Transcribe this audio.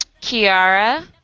Kiara